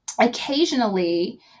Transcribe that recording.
occasionally